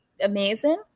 amazing